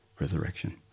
resurrection